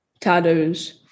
tattoos